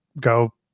go